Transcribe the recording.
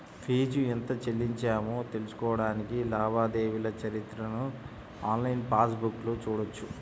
fee ఎంత చెల్లించామో తెలుసుకోడానికి లావాదేవీల చరిత్రను ఆన్లైన్ పాస్ బుక్లో చూడొచ్చు